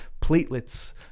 platelets